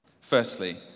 Firstly